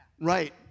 Right